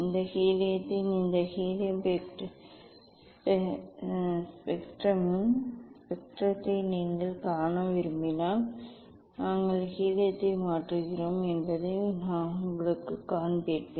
இந்த ஹீலியத்தின் இந்த ஹீலியம் ஸ்பெக்ட்ரமின் ஸ்பெக்ட்ரத்தை நீங்கள் காண விரும்பினால் நாங்கள் ஹீலியத்தை மாற்றுகிறோம் என்பதை நான் உங்களுக்குக் காண்பிப்பேன் என்று நினைக்கிறேன்